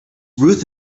ruth